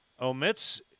omits